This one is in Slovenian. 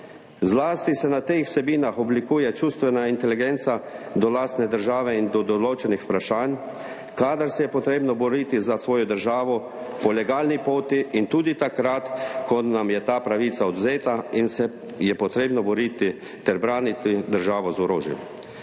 Zlasti se na teh vsebinah oblikuje čustvena inteligenca do lastne države in do določenih vprašanj, kadar se je potrebno boriti za svojo državo po legalni poti in tudi takrat ko nam je ta pravica odvzeta in se je potrebno boriti ter braniti državo z orožjem.